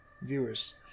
viewers